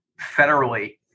federally